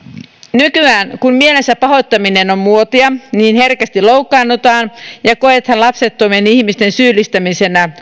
nykyään kun mielensä pahoittaminen on on muotia herkästi loukkaannutaan ja koetaan lapsettomien ihmisten syyllistämisenä